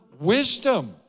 Wisdom